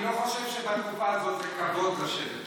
אני לא חושב שבתקופה הזאת זה כבוד לשבת שם.